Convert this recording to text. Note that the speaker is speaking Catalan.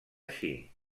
així